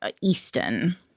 Easton